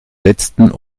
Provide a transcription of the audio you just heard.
letzten